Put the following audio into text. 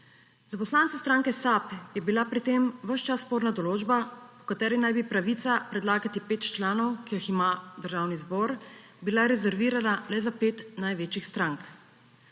Za poslance stranke SAB je bila pri tem ves čas sporna določba, v kateri naj bi bila pravica predlagati 5 članov, ki jih ima Državni zbor, rezervirana le za 5 največjih strank.